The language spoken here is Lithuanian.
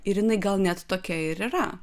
ir jinai gal net tokia ir yra